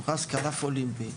הוא נכנס כענף אולימפי,